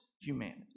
humanity